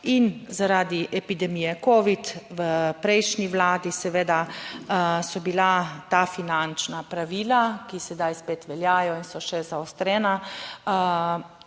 In zaradi epidemije covid v prejšnji vladi seveda so bila ta finančna pravila, ki sedaj spet veljajo in so še zaostrena,